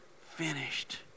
finished